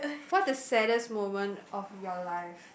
what's the saddest moment of your life